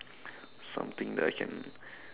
something that I can